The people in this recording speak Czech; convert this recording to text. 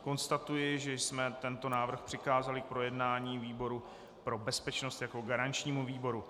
Konstatuji, že jsme tento návrh přikázali k projednání výboru pro bezpečnost jako garančnímu výboru.